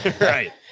Right